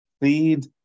Feed